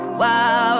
Wow